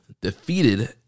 defeated